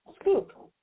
scoop